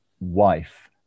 wife